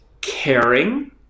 caring